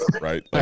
Right